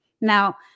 Now